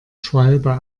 schwalbe